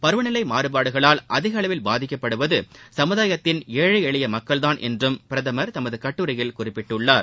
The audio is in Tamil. பருநிலை மாறுபாடுகளால் அதிகளவில் பாதிக்கப்படுவது சமுதாயத்தின் ஏழை எளிய மக்கள் தான் என்றும் பிரதமர் தமது கட்டுரையில் குறிப்பிட்டுள்ளார்